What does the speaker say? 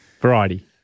Variety